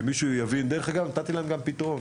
שמישהו יבין דרך אגב, נתתי להם גם פתרון.